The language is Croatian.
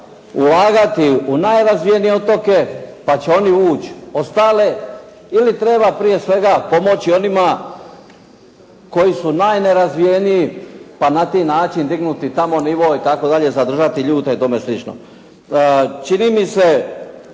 ulagati u najrazvijenije otoke, pa će oni uć ostale ili treba prije svega pomoći onima koji su najnerazvijeniji, pa na taj način dignuti tamo nivo itd. zadržati ljude i tome slično. Čini mi se